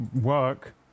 work